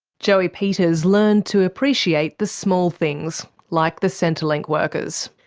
joey peters learned to appreciate the small things, like the centrelink workers.